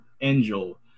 Angel